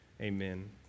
Amen